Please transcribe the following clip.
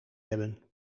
hebben